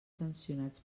sancionats